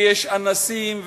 ויש אנסים,